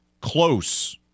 close